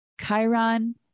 Chiron